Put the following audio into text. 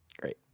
Great